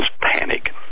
panic